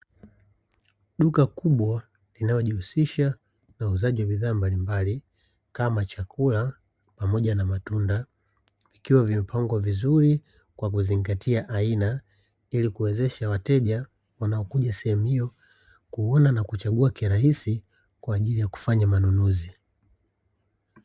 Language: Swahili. Duka kubwa linalojihusisha na uuzaji wa bidhaa mbalimbali kama chakula pamoja na matunda, vikiwa vimepangwa vizuri kwa kuzingatia aina, ili kuwezesha wateja wanaokuja sehemu hiyo kuona na kuchagua kirahisi kwa ajili ya kufanya manunuzi.